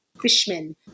Fishman